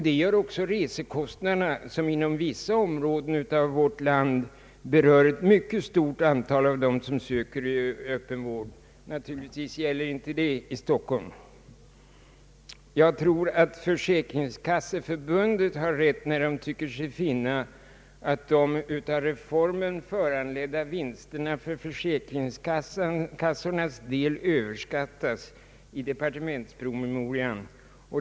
Detsamma gäller resekostnaderna, som inom vissa områden av vårt land berör ett mycket stort antal av dem som söker öppen vård. Naturligtvis gäller inte det i Stockholm. Jag tror att försäkringskasseförbundet har rätt när det tycker sig finna att de av reformen föranledda vinsterna för försäkringskassornas del överskattas i departementspromemorian.